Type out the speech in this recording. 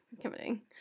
Committing